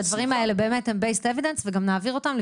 שהדברים האלה באמת הם Evidence based וגם נעביר אותם,